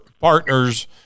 partners